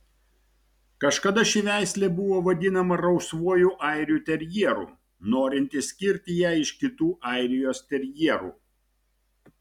kažkada ši veislė buvo vadinama rausvuoju airių terjeru norint išskirti ją iš kitų airijos terjerų